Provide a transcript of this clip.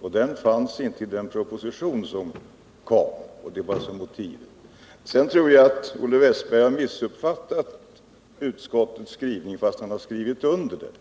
Någon sådan fanns inte i den proposition som kom. Det är alltså motivet. Sedan tror jag att Olle Wästberg har missuppfattat utskottets skrivning, fastän han har skrivit under betänkandet.